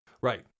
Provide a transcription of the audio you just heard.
Right